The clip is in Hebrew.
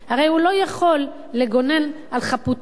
הרי הוא לא יכול לגונן על חפותו